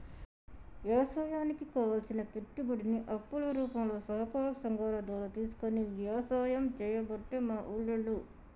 వ్యవసాయానికి కావలసిన పెట్టుబడిని అప్పు రూపంల సహకార సంగాల ద్వారా తీసుకొని వ్యసాయం చేయబట్టే మా ఉల్లోళ్ళు